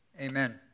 Amen